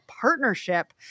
partnership